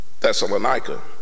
Thessalonica